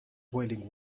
boiling